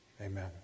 amen